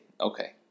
Okay